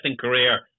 career